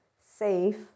safe